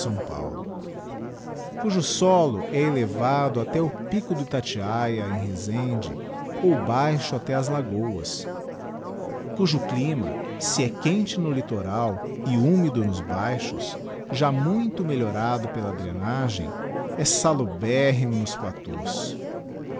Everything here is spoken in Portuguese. paulo cujo solo é elevado até o pico do itatiaya em rezende ou baixo até as lagoas cujo clima se é quente no littoral e húmido nos baixos já muito melhorado pela drenagem é saluberrimo nos platós